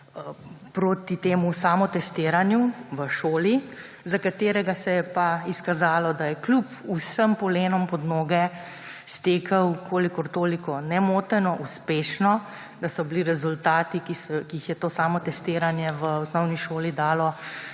proti samotestiranju v šoli, za katerega se je pa izkazalo, da je kljub vsem polenom pod noge stekel kolikortoliko nemoteno, uspešno, da so bili rezultati, ki jih je to samotestiranje v osnovni šoli dalo,